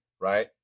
right